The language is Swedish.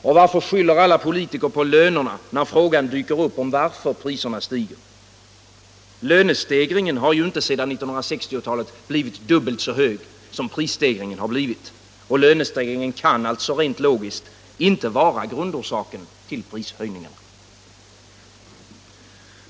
Och varför skyller alla politiker på lönerna när frågan dyker upp varför priserna stiger? Lönestegringen har ju inte sedan 1960-talet blivit dubbelt så hög, vilket prisstegringen blivit. Den kan alltså rent logiskt inte vara grundorsaken till prishöjningarna.